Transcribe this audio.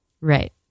Right